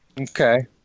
Okay